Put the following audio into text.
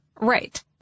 Right